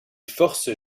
forces